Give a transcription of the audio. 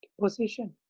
position